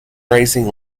racing